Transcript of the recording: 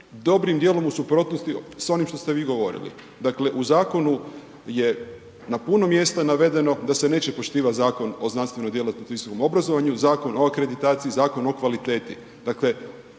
dobrim djelom u suprotnosti s onim što ste vi govorili. Dakle, u zakonu je na puno mjesta navedeno da se neće poštivati Zakon o znanstvenoj djelatnosti i visokom obrazovanju, Zakon o akreditaciji, Zakon o kvaliteti.